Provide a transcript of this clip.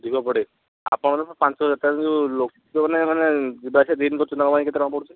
ଅଧିକ ପଡ଼େ ଆପଣଙ୍କ ପାଞ୍ଚହଜାର ଟଙ୍କା ଯେଉଁ ଲୋକମାନେ ମାନେ ଯିବା ଆସିବା ଦିନ୍ କରୁଛନ୍ତି ତାଙ୍କ କେତେ ଟଙ୍କା ପଡ଼ୁଛି